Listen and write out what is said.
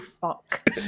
fuck